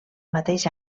mateix